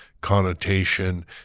connotation